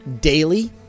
daily